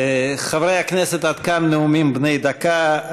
חברי הכנסת, עד כאן נאומים בני דקה.